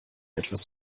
etwas